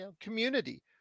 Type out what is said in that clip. community